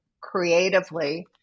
creatively